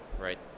right